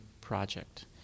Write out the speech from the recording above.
Project